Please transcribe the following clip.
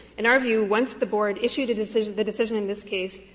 in our view, once the board issued a decision the decision in this case,